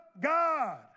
God